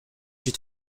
due